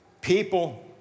People